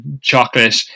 chocolate